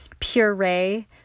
puree